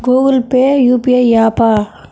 Google Pay UPI య్యాపా?